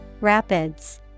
Rapids